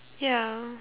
ya